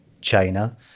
China